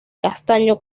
castaño